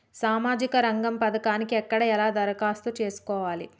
సామాజిక రంగం పథకానికి ఎక్కడ ఎలా దరఖాస్తు చేసుకోవాలి?